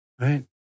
Right